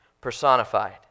personified